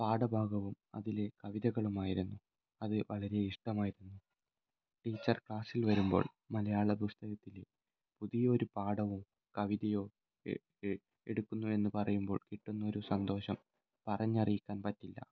പാഠഭാഗവും അതിലെ കവിതകളുമായിരുന്നു അത് വളരെ ഇഷ്ടമായിരുന്നു ടീച്ചർ ക്ലാസ്സിൽ വരുമ്പോൾ മലയാള പുസ്തകത്തിലെ പുതിയൊരു പാഠമോ കവിതയോ എടുക്കുന്നു എന്ന് പറയുമ്പോൾ കിട്ടുന്നൊരു സന്തോഷം പറഞ്ഞറിയിക്കാൻ പറ്റില്ല